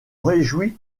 réjouis